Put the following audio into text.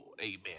amen